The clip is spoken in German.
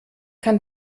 kann